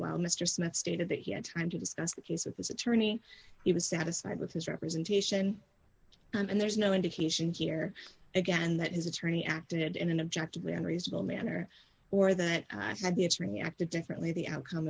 well mr smith stated that he had time to discuss the case of his attorney he was satisfied with his representation and there's no indication here again that his attorney acted in an objective way and reasonable manner or that the attorney acted differently the outcome